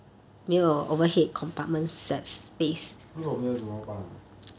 如果没有怎么办啊